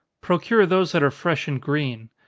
procure those that are fresh and green.